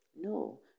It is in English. No